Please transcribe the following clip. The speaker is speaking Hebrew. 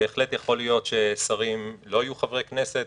בהחלט יכול להיות ששרים לא יהיו חברי כנסת,